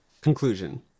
Conclusion